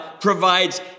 provides